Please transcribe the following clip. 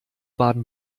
baden